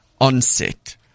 onset